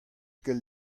ket